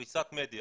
פריסת המדיה.